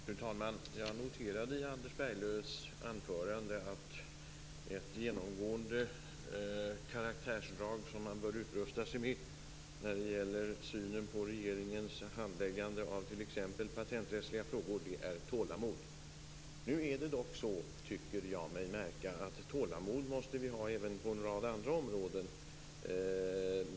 Fru talman! Jag noterade i Anders Berglövs anförande att ett genomgående karaktärsdrag som man bör utrusta sig med när det gäller synen på regeringens handläggande av patenträttsliga frågor är tålamod. Jag tycker mig märka att vi måste ha tålamod på en rad andra områden.